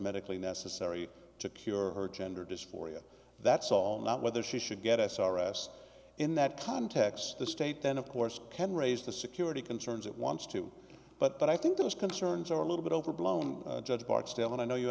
medically necessary to cure her gender dysphoria that's all not whether she should get s r s in that context the state then of course can raise the security concerns it wants to but i think those concerns are a little bit overblown judge barksdale and i know you